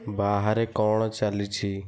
ବାହାରେ କ'ଣ ଚାଲିଛି